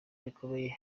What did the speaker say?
rikomeye